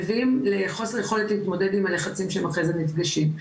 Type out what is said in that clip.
מביאים לחוסר יכולת להתמודד עם הלחצים שהם אחרי זה נפגשים.